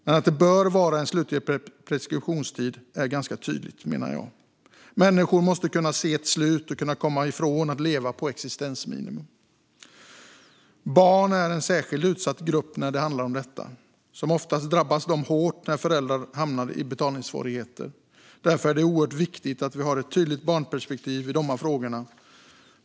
Men att det bör vara en slutlig preskriptionstid är tydligt. Människor måste kunna se ett slut och kunna komma ifrån att leva på existensminimum. Barn är en särskilt utsatt grupp när det handlar om detta. Ofta drabbas de hårt när föräldrarna hamnar i betalningssvårigheter. Därför är det oerhört viktigt att vi har ett tydligt barnperspektiv i dessa frågor.